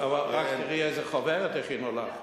רק תראי איזה חוברת הכינו לך.